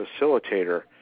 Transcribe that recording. facilitator